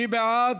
מי בעד?